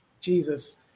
jesus